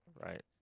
right